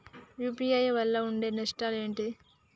UPI వల్ల ఉండే నష్టాలు ఏంటి??